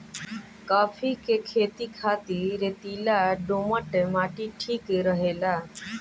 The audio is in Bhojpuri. काफी के खेती खातिर रेतीला दोमट माटी ठीक रहेला